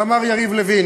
אבל אמר יריב לוין,